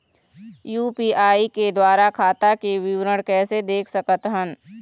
UPI के द्वारा खाता के विवरण कैसे देख सकत हन?